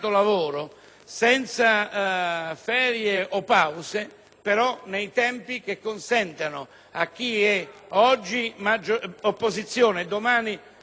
senza ferie o pause, ma con tempi che consentano a chi è oggi opposizione - e speriamo